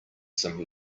some